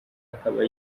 akaba